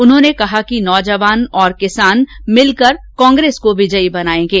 उन्होंने कहा कि नौजवान और किसान मिलकर कांग्रेस को विजयी बनाएंगे